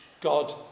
God